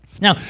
Now